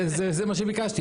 זה מה שביקשתי.